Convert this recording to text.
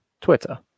twitter